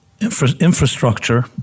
infrastructure